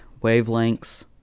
wavelengths